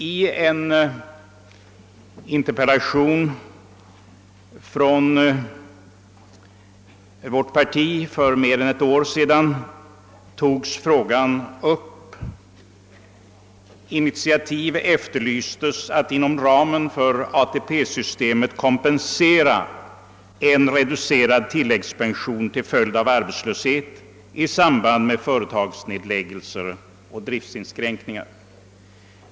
I en interpellation av en företrädare för vårt parti för mer än ett år sedan efterlystes initiativ till att inom ramen för ATP-systemet kompensera en reducerad tilläggspension till följd av arbetslöshet i samband med företagsnedläggningar och driftinskränkningar.